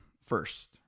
first